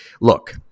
look